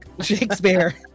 Shakespeare